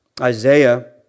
Isaiah